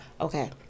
okay